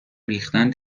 ریختن